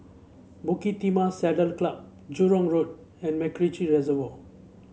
Bukit Timah Saddle Club Jurong Road and MacRitchie Reservoir